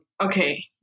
okay